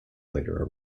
later